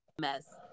Mess